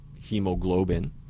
hemoglobin